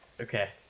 Okay